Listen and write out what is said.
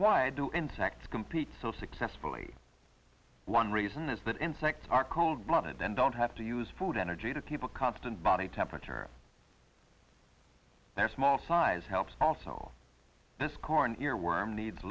why do insects compete so successfully one reason is that insects are cold blooded and don't have to use food energy to keep a constant body temperature of their small size helps also this corn ear worm needs a